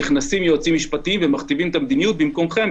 נכנסים יועצים משפטיים ומכתיבים את המדיניות במקומכם,